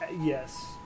yes